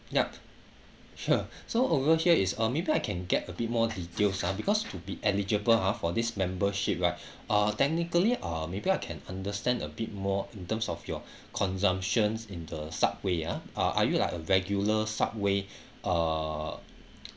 yup sure so over here is uh maybe I can get a bit more details ah because to be eligible ah for this membership right uh technically uh maybe I can understand a bit more in terms of your consumptions in the subway ah uh are you like a regular subway uh